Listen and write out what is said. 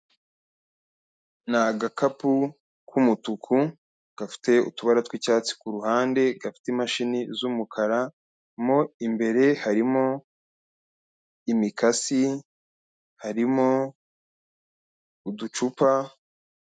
Ni agakapu k'umutuku, gafite utubara tw'icyatsi ku ruhande, gafite imashini z'umukara, mo imbere harimo imikasi, harimo uducupa.